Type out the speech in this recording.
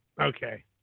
Okay